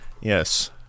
yes